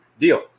deal